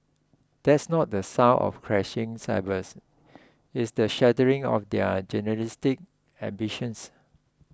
that's not the sound of crashing cymbals it's the shattering of their journalistic ambitions